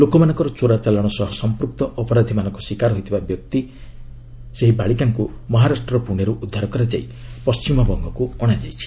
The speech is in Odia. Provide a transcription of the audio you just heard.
ଲୋକମାନଙ୍କ ଚୋରାଚାଲାଣ ସହ ସମ୍ପୂକ୍ତ ଅପରାଧୀମାନଙ୍କ ଶିକାର ହୋଇଥିବା ସେହି ବାଳିକାଙ୍କୁ ମହାରାଷ୍ଟ୍ରର ପୁନେରୁ ଉଦ୍ଧାର କରାଯାଇ ପଶ୍ଚିମବଙ୍ଗକୁ ଅଣାଯାଇଛି